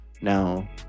Now